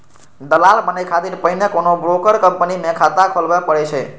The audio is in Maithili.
दलाल बनै खातिर पहिने कोनो ब्रोकर कंपनी मे खाता खोलबय पड़ै छै